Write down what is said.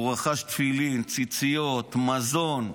הוא רכש תפילין, ציציות, מזון,